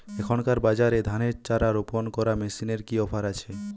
এখনকার বাজারে ধানের চারা রোপন করা মেশিনের কি অফার আছে?